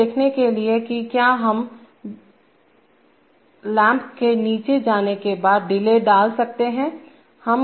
यह देखने के लिए कि क्या हम लैंप के नीचे जाने के बाद डिले डाल सकते हैं